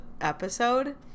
episode